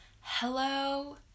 Hello